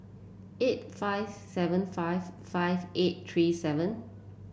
eight five seven five five eight three seven